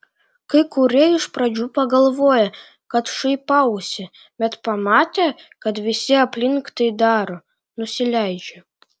kai kurie iš pradžių pagalvoja kad šaipausi bet pamatę kad visi aplink tai daro nusileidžia